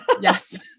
Yes